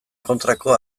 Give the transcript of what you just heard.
kontrako